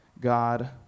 God